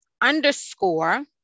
underscore